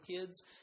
kids